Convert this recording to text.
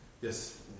Yes